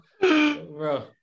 Bro